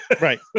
Right